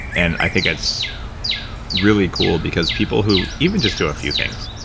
and i think that's really cool because people who even just do a few things,